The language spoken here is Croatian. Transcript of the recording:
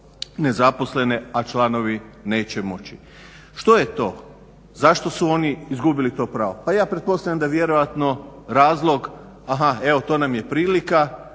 nezaposlene a članovi neće moći. Što je to, zašto su oni izgubili to pravo? Pa ja pretpostavljam da vjerovatno razlog aha, evo to nam je prilika